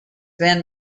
been